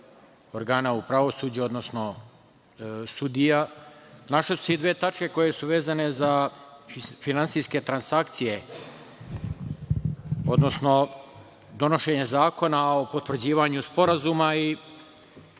organa u pravosuđu, odnosno sudija, našle su se i dve tačke koje su vezane za finansijske transakcije, odnosno donošenje Zakona o potvrđivanju Sporazuma i